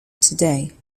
today